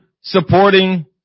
supporting